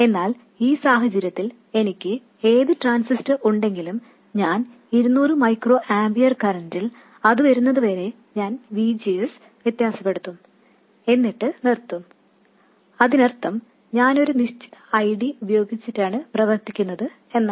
എന്നാൽ ഈ സാഹചര്യത്തിൽ എനിക്ക് ഏത് ട്രാൻസിസ്റ്റർ ഉണ്ടെങ്കിലും ഞാൻ ഇരുനൂറ് മൈക്രോ ആമ്പിയർ കറന്റിൽ അത് വരുന്നത് വരെ ഞാൻ V G S വ്യത്യാസപ്പെടുത്തും എന്നിട്ട് നിർത്തും അതിനർത്ഥം ഞാൻ ഒരു നിശ്ചിത I D ഉപയോഗിച്ചാണ് പ്രവർത്തിക്കുന്നത് എന്നാണ്